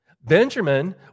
Benjamin